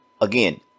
again